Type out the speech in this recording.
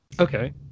Okay